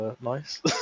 Nice